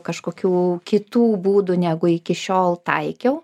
kažkokių kitų būdų negu iki šiol taikiau